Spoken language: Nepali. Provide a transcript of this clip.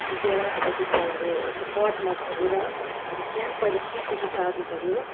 फिटेर अब त्यसलाई अब यसो पटमा भरेर अब सानो पहिला सिडदेखि सार्नु पर्यो